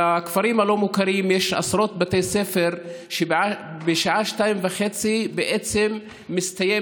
בכפרים הלא-מוכרים יש עשרות בתי ספר שבשעה 14:30 בעצם מסתיימת